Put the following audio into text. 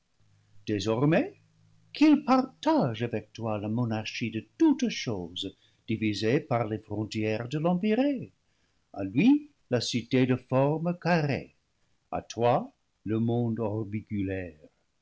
désormais qu'il partage avec toi la monar chie de toutes choses divisées par les frontières de l'empyrée à lui la cité de forme carrée à toi le monde